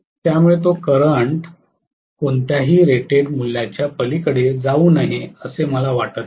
त्यामुळे तो करंट कोणत्याही रेटेड मूल्याच्या पलीकडे जाऊ नये असे मला वाटत नाही